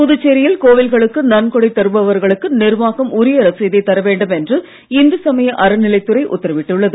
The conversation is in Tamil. புதுச்சேரியில் கோவில்களுக்கு நன்கொடை தருபவர்களுக்கு நிர்வாகம் உரிய ரசீதைத் தர வேண்டுமென்று இந்து சமய அறநிலைத் துறை உத்தரவிட்டுள்ளது